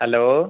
hello